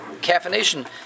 caffeination